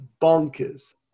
bonkers